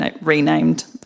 renamed